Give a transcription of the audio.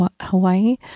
Hawaii